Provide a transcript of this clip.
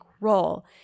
role